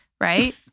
Right